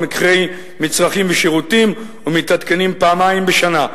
מחירי מצרכים ושירותים ומתעדכנים פעמיים בשנה,